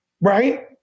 right